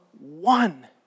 one